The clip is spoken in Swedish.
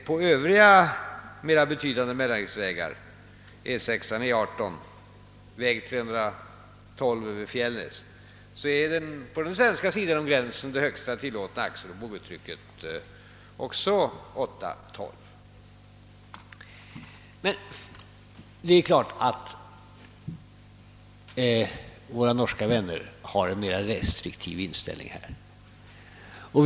På övriga mera betydande mellanriksvägar — E 6, E 18 och väg 312 över Fjällnäs — är på Det är klart att våra norska vänner har en mera restriktiv inställning i detta avseende.